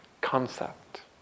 concept